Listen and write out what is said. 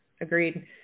Agreed